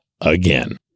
again